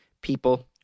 people